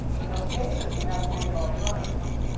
in those cases we have to look at alternatives.